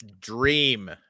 dream